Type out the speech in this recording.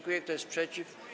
Kto jest przeciw?